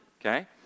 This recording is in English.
Okay